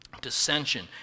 Dissension